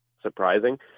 surprising